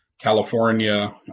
California